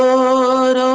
Lord